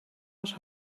als